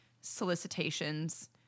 solicitations